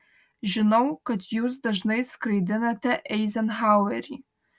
žinau kad jūs dažnai skraidinate eizenhauerį